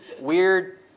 weird